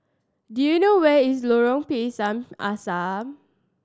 do you know where is Lorong Pisang Asam